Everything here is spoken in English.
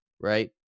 right